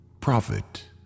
Prophet